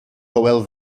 hywel